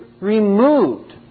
removed